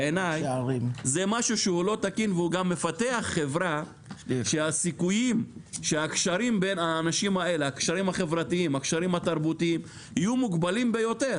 והוא גם מפתח חברה שהסיכויים שהקשרים בתוך החברה יהיו מוגבלים ביותר,